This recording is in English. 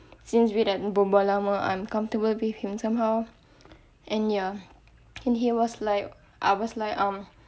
since we like bebual lama I'm comfortable with him somehow and ya and he was like I was like um